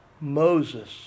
Moses